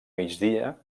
migdia